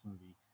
movie